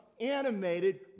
animated